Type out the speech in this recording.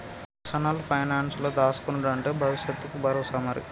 personal పైనాన్సుల దాస్కునుడంటే బవుసెత్తకు బరోసా మరి